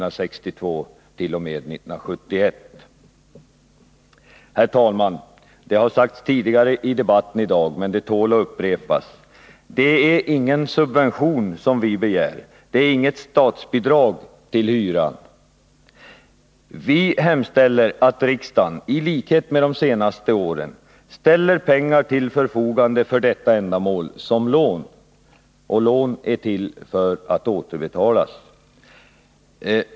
Det har sagts tidigare i debatten, men det tål att upprepas: Det är ingen subvention som vi begär, inget statsbidrag till hyran. Vi hemställer att riksdagen — i likhet med de senaste tre åren — ställer pengar till förfogande för detta ändamål som lån. Och lån skall som bekant återbetalas.